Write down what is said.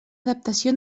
adaptació